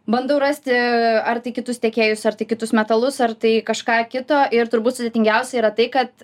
bandau rasti ar tai kitus tiekėjus ar tai kitus metalus ar tai kažką kito ir turbūt sudėtingiausia yra tai kad